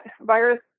virus